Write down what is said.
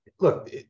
look